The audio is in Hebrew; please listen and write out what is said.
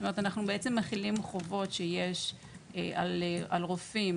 אנחנו בעצם מחילים חובות שיש על רופאים